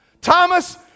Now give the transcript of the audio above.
Thomas